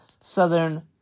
southern